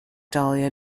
dahlia